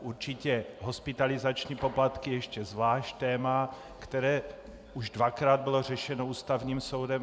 Určitě hospitalizační poplatky je ještě zvlášť téma, které už dvakrát bylo řešeno Ústavním soudem.